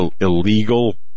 illegal